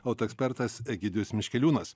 auto ekspertas egidijus miškeliūnas